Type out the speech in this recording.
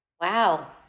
Wow